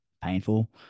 painful